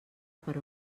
per